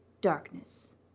darkness